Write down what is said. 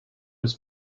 was